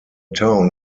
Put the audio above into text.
town